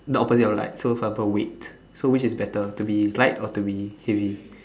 the opposite of liked so for example weight so which is better to be light or to be heavy